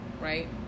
right